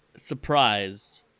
surprised